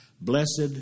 Blessed